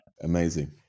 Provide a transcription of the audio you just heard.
amazing